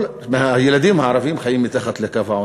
מהילדים הערבים חיים מתחת לקו העוני.